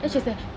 mmhmm